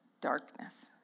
darkness